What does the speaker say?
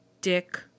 Dick